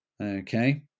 Okay